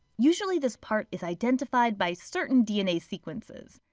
usually this part is identified by certain dna sequences.